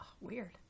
weird